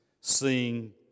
sing